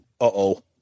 Uh-oh